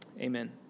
Amen